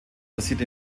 basiert